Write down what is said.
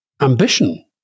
ambition